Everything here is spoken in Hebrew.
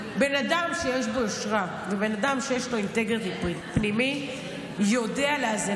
בן אדם שיש בו יושרה ובן אדם שיש לו אינטגריטי פנימי יודע לאזן.